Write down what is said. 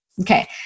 Okay